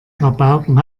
rabauken